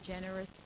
generous